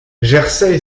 jersey